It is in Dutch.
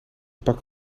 pak